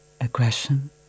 aggression